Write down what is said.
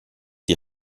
die